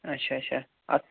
اَچھا اَچھا اَدٕ